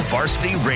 Varsity